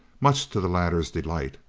much to the latter's delight.